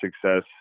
success